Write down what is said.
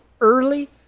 early